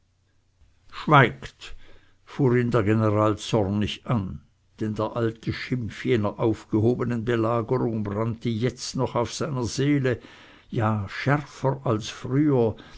schweigt fuhr ihn der general zornig an denn der alte schimpf jener aufgehobenen belagerung brannte jetzt noch auf seiner seele ja schärfer als früher